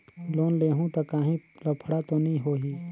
Loan लेहूं ता काहीं लफड़ा तो नी होहि?